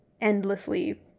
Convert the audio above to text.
endlessly